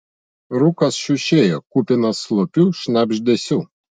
rūkas šiušėjo kupinas slopių šnabždesių